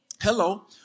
Hello